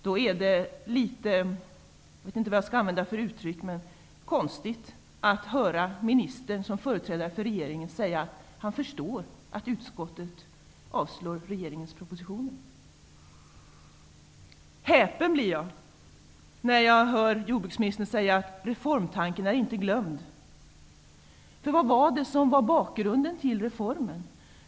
Därför är det litet -- jag vet inte vad jag skall använda för uttryck -- konstigt att höra ministern som företrädare för regeringen säga att han har förståelse för att utskottet avstyrker regeringens propositioner. Jag blir häpen när jag hör jordbruksministern säga att reformtanken inte är glömd. Vad var bakgrunden till reformen?